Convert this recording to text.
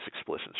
explicit